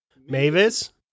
Mavis